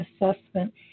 assessment